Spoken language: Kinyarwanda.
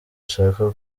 ashaka